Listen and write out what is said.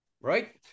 right